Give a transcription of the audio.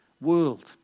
world